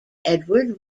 edward